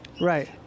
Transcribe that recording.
Right